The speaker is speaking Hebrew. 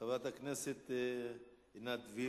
חברת הכנסת עינת וילף,